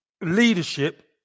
leadership